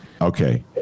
Okay